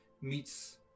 meets